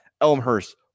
Elmhurst